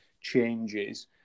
changes